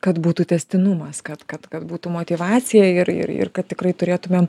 kad būtų tęstinumas kad kad kad būtų motyvacija ir ir ir kad tikrai turėtumėm